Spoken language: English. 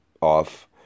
off